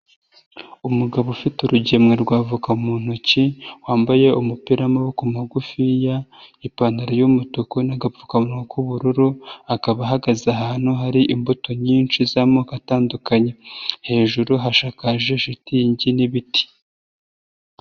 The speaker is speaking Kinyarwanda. Umugabo ufite urugemwe rwa voka mu ntoki, wambaye umupira w'amaboko magufiya, ipantaro y'umutuku n'agapfukamuwa k'ubururu akaba ahagaze ahantu hari imbuto nyinshi z'amoko atandukanye, hejuru hashakaje shitingi n'ibiti.